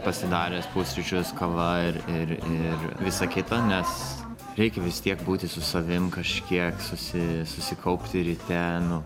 pasidaręs pusryčius kava ir ir ir visa kita nes reikia vis tiek būti su savim kažkiek susi susikaupti ryte nu